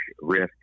risk